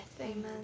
Amen